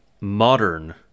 modern